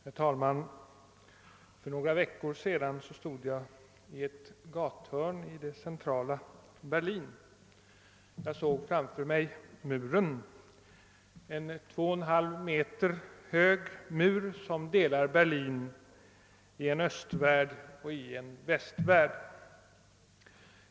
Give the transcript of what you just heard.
Herr talman! För några veckor sedan stod jag i ett gathörn i det centrala Berlin. Jag såg framför mig muren, en 2,5 meter hög mur som delar Berlin i en östvärld och en västvärld.